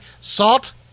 salt